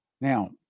Now